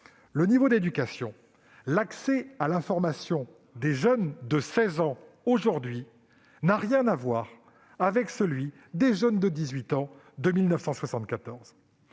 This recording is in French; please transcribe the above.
Le niveau d'éducation et d'accès à l'information des jeunes de 16 ans d'aujourd'hui n'a rien à voir avec celui des jeunes de 18 ans de 1974.